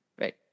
Right